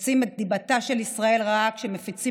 מוציאים את דיבתה של ישראל רעה כשהם מפיצים